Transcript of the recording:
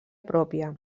pròpia